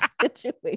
situation